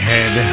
Head